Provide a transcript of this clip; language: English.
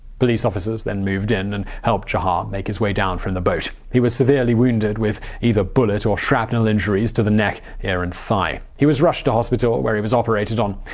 police officers then moved in and helped jahar make his way down from the boat. he was severely wounded, with either bullet or shrapnel injuries to the neck, ear and thigh. he was rushed to hospital where he was operated on.